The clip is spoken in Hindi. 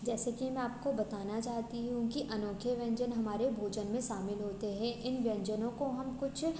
जैसे कि मैं आपको बताना चाहती हूँ कि अनोखे व्यंजन हमारे भोजन में शामिल होते हैं इन व्यंजनों को हम कुछ